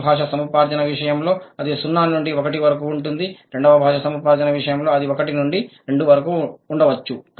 మొదటి భాష సముపార్జన విషయంలో అది 0 నుండి 1 వరకు ఉంటుంది రెండవ భాషా సముపార్జన విషయంలో అది 1 నుండి 2 వరకు ఉండవచ్చు